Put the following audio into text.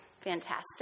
fantastic